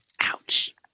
Ouch